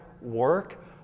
work